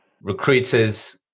recruiters